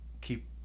keep